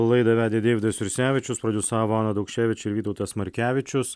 laidą vedė deividas jursevičius prodiusavo ana daukševič ir vytautas markevičius